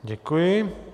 Děkuji.